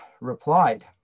replied